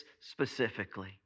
specifically